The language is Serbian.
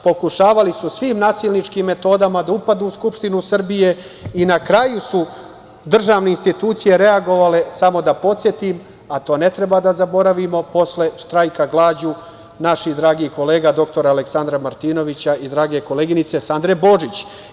Pokušavali su svim mogućim nasilničkim metodama da upadnu u Skupštinu Srbije i na kraju su državne institucije reagovale, samo da podsetim, a to ne treba da zaboravimo, posle štrajka glađu naših dragih kolega dr Aleksandra Martinovića i drage koleginice Sandre Božić.